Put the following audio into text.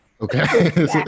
Okay